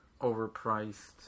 overpriced